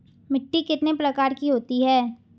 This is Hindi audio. मिट्टी कितने प्रकार की होती हैं?